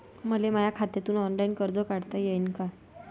मले माया खात्यातून ऑनलाईन कर्ज काढता येईन का?